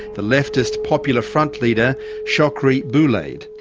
the leftist popular front leader chokri belaid.